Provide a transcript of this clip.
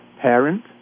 parent